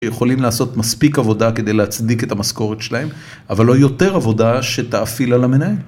שיכולים לעשות מספיק עבודה כדי להצדיק את המשכורת שלהם, אבל לא יותר עבודה שתאפיל על המנהל.